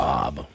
Bob